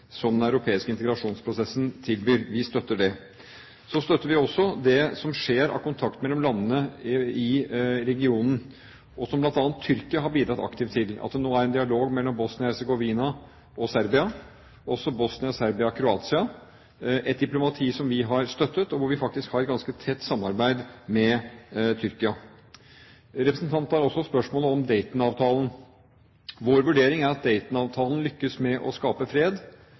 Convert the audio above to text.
som den europeiske integrasjonsprosessen tilbyr. Vi støtter det. Så støtter vi også det som skjer av kontakt mellom landene i regionen, og som bl.a. Tyrkia har bidratt aktivt til, at det nå er en dialog mellom Bosnia-Hercegovina og Serbia og også mellom Bosnia, Serbia og Kroatia. Det er et diplomati som vi har støttet, og hvor vi faktisk har et ganske tett samarbeid med Tyrkia. Representanten tar også opp spørsmål om Dayton-avtalen. Vår vurdering er at Dayton-avtalen lyktes med å skape fred,